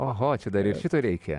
oho čia dar ir šito reikia